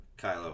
Kylo